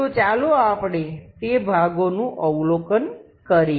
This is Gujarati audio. તો ચાલો આપણે તે ભાગોનું અવલોકન કરીએ